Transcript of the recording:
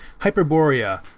Hyperborea